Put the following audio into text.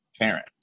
parent